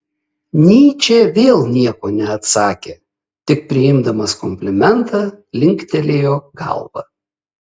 nyčė vėl nieko neatsakė tik priimdamas komplimentą linktelėjo galva